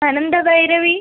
Anandabhairavi